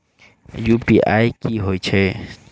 UPI की होइत अछि